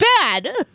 bad